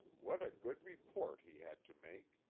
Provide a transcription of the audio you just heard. what a good report he had to make!